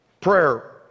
prayer